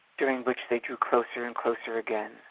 during which they drew closer and closer again.